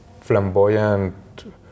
flamboyant